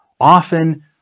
Often